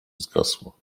zgasło